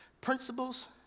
Principles